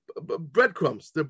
Breadcrumbs